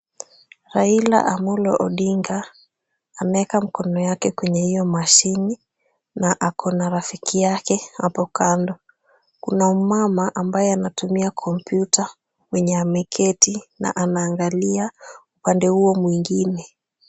Raila Amolo Odinga, ameweka mkono yake kwenye hiyo mashini na ako na rafiki yake hapo kando. Kuna mmama ambaye anatumia kompyuta mwenye ameketi na anaangalia upande huo mwingine.